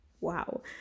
Wow